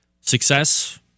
success